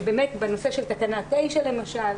בנושא של תקנה 9 למשל,